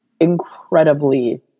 incredibly